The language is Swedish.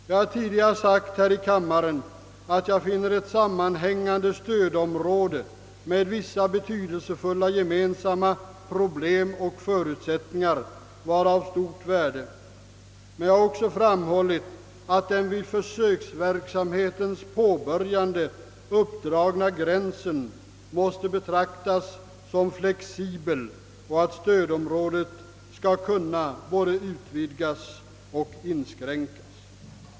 Jag har tidigare sagt här i kammaren att jag finner ett sammanhängande stödområde med vissa betydelsefulla gemensamma problem och förutsättningar vara av stort värde. Men jag har också framhållit att den vid försöksverksamhetens påbörjande uppdragna gränsen måste betraktas som flexibel och att stödområdet skall kunna både utvidgas och inskränkas.